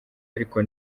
ariko